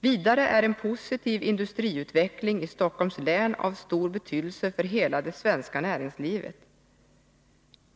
Vidare är en positiv industriutveckling i Stockholms län av stor betydelse för hela det svenska näringslivet.